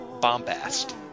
bombast